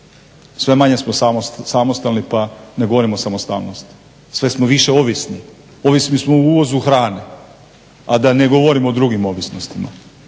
sve manje smo samostalni pa ne govorim o samostalnosti, sve smo više ovisno, ovisni smo o uvozu hrane, a da ne govorim o drugim ovisnostima,